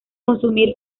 consumir